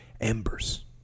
embers